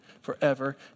forever